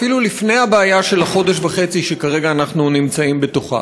אפילו לפני הבעיה של החודש וחצי שכרגע אנחנו נמצאים בתוכה.